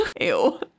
Ew